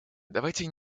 давайте